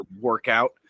workout